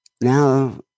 now